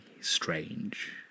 strange